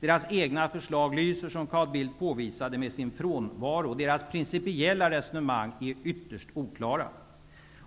Deras egna förslag lyser, som Carl Bildt påvisade, med sin frånvaro. Deras principiella resonemang är ytterst oklara.